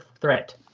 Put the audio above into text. threat